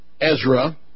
Ezra